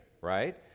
right